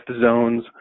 zones